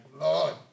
Lord